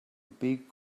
big